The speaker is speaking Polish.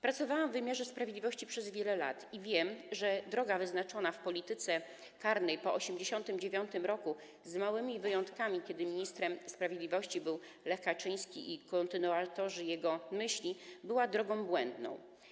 Pracowałam w wymiarze sprawiedliwości przez wiele lat i wiem, że droga wyznaczona w polityce karnej po 1989 r. z małymi wyjątkami, kiedy ministrem sprawiedliwości był Lech Kaczyński i kontynuatorzy jego myśli, była drogą błędną.